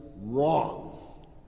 wrong